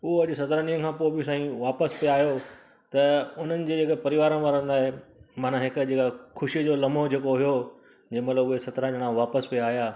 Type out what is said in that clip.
उहो अॼु सतरिनि ॾींहनि खां पोइ बि साईं वापसि बि आयो त उन्हनि जे जेके परिवार वारनि लाइ माना हिकु जेका ख़ुशीअ जो लम्हो जेको हुओ जंहिं महिल उहे सतरहं ॼणा वापसि बि आया